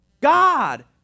God